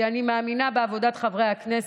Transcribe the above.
כי אני מאמינה בעבודת חברי הכנסת,